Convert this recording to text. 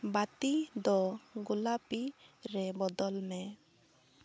ᱵᱟᱛᱤᱫᱚ ᱜᱳᱞᱟᱯᱤᱨᱮ ᱵᱚᱫᱚᱞ ᱢᱮ